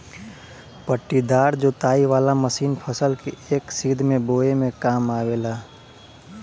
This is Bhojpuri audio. पट्टीदार जोताई वाला मशीन फसल के एक सीध में बोवे में काम आवेला